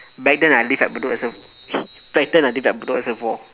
back then I live at bedok reser~ back then I live at bedok reservoir